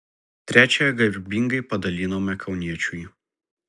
trečiąją garbingai padalinome kauniečiui